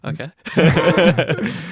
Okay